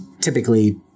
typically